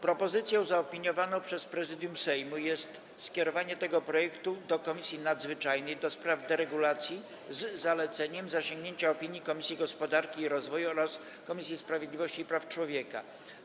Propozycją zaopiniowaną przez Prezydium Sejmu jest skierowanie tego projektu do Komisji Nadzwyczajnej do spraw deregulacji, z zaleceniem zasięgnięcia opinii Komisji Gospodarki i Rozwoju oraz Komisji Sprawiedliwości i Praw Człowieka.